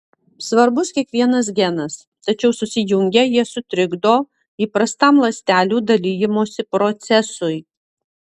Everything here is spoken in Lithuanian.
svarbus kiekvienas genas tačiau susijungę jie sutrikdo įprastam ląstelių dalijimosi procesui